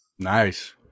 Nice